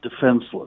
defenseless